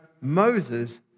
Moses